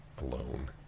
alone